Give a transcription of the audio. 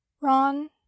Ron